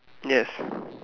yes